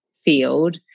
field